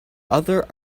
other